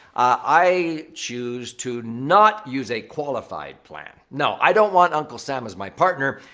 i choose to not use a qualified plan. no. i don't want uncle sam as my partner.